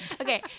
Okay